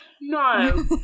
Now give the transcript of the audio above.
No